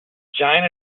giant